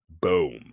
boom